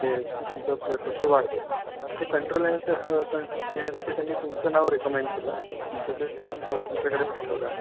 ते तुमचं blood pressure वाढतं आहे तर ते कंट्रोल येण्याचं कंट्रोल येण्यासाठी त्यांनी तुमचं नाव रिकमेंड केलं तुमचं त्यांनी तुमच्याकडे पाठवलं आहे